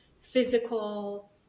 physical